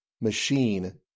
machine